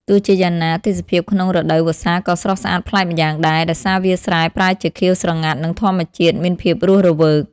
ទោះជាយ៉ាងណា ទេសភាពក្នុងរដូវវស្សាក៏ស្រស់ស្អាតប្លែកម្យ៉ាងដែរ ដោយសារវាលស្រែប្រែជាខៀវស្រងាត់និងធម្មជាតិមានភាពរស់រវើក។